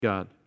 God